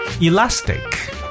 Elastic